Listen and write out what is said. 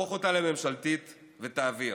תהפוך אותה לממשלתית ותעביר.